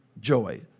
joy